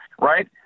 Right